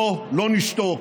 לא, לא נשתוק,